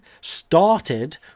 started